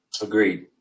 Agreed